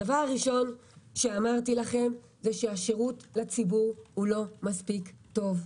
הדבר הראשון שאמרתי לכם הוא שהשירות לציבור לא מספיק טוב,